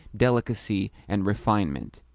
delicacy, and refinement.